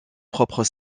propres